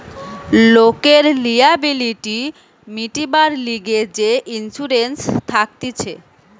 লোকের লিয়াবিলিটি মিটিবার লিগে যে ইন্সুরেন্স থাকতিছে